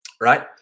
right